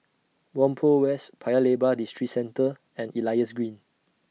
Whampoa West Paya Lebar Districentre and Elias Green